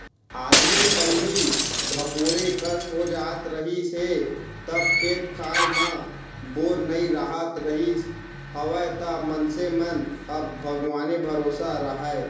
आदमी पहिली धपोरे कस हो जात रहिस हे जब खेत खार म बोर नइ राहत रिहिस हवय त मनसे मन ह भगवाने भरोसा राहय